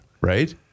right